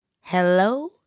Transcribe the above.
Hello